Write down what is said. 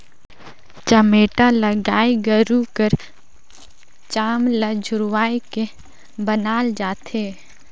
चमेटा ल गाय गरू कर चाम ल झुरवाए के बनाल जाथे